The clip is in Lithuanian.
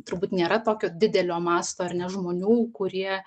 turbūt nėra tokio didelio masto ar ne žmonių kurie